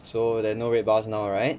so there are no red bars now right